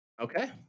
Okay